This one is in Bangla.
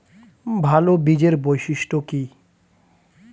ভাল বীজের বৈশিষ্ট্য কী?